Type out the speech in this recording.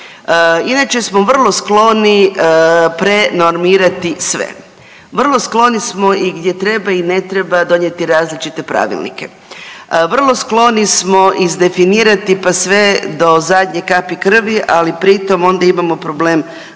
Inače smo vrlo skloni prenormirati sve. Vrlo skloni smo i gdje treba i ne treba donijeti različite pravilnike. Vrlo skloni smo izdefinirati pa sve do zadnje kapi krvi, ali pri tom onda imamo problem